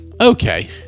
okay